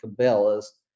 Cabela's